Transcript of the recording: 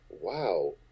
wow